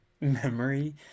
memory